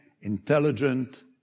intelligent